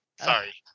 Sorry